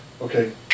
okay